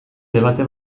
debate